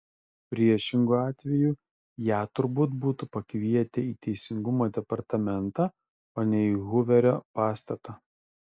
priešingu atveju ją turbūt būtų pakvietę į teisingumo departamentą o ne į huverio pastatą